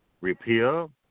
repeal